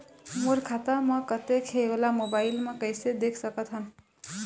मोर खाता म कतेक हे ओला मोबाइल म कइसे देख सकत हन?